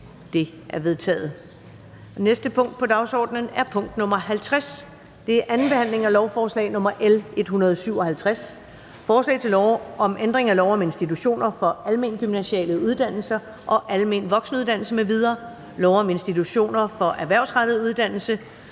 Det er vedtaget. --- Det næste punkt på dagsordenen er: 50) 2. behandling af lovforslag nr. L 157: Forslag til lov om ændring af lov om institutioner for almengymnasiale uddannelser og almen voksenuddannelse m.v., lov om institutioner for erhvervsrettet uddannelse,